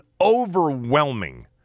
overwhelming